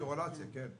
אם יש קורלציה, כן.